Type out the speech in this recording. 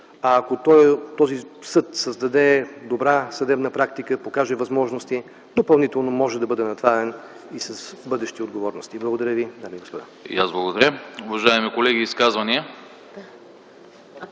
Ако този съд създаде добра съдебна практика и покаже възможности, допълнително може да бъде натоварен и с бъдещи отговорности. Благодаря.